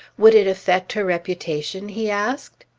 would it affect her reputation? he asked.